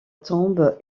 tombe